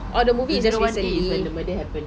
two zero one two is when the murder happened